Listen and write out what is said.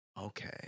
Okay